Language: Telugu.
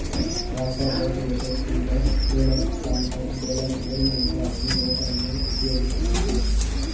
tractor, rotavator, seeder, baler, planter, baler మొదలైన యంత్రాలను వ్యవసాయంలో ఉపయోగిస్తాన్నారు